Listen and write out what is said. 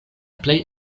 plej